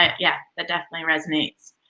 yeah that definitely resinates.